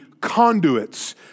conduits